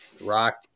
Rock